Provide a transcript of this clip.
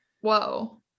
whoa